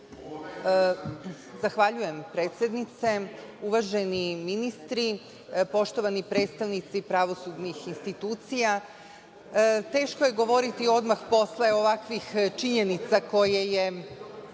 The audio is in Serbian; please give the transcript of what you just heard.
Zahvaljujem predsednice. Uvaženi ministri, poštovani predstavnici pravosudnih institucija, teško je govoriti odmah posle ovakvih činjenica koje je